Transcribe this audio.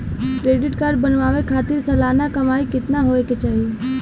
Credit card बनवावे खातिर सालाना कमाई कितना होए के चाही?